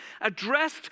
addressed